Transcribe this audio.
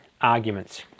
arguments